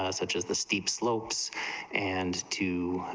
ah such as the steep slopes and two,